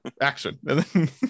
Action